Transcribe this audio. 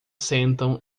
sentam